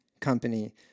company